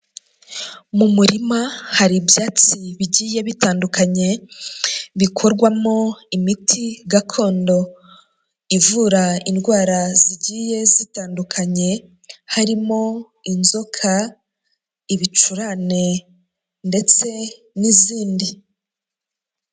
Mu murima hari ibyatsi bigiye bitandukanye bikorwamo imiti gakondo ivura indwara zigiye zitandukanye, harimo inzoka, ibicurane ndetse n'izindi.